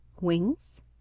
wings